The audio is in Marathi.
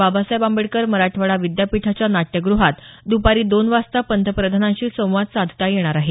बाबासाहेब आंबेडकर मराठवाडा विद्यापीठाच्या नाट्यग्रहात दुपारी दोन वाजता पंतप्रधानांशी संवाद साधता येणार आहे